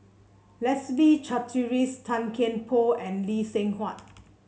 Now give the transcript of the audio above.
Leslie Charteris Tan Kian Por and Lee Seng Huat